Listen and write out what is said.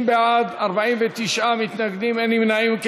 60 בעד, 49 מתנגדים, אין נמנעים.